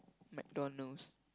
McDonald's